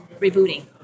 rebooting